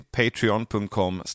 patreon.com